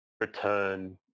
return